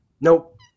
Nope